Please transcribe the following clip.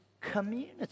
community